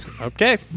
Okay